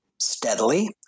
steadily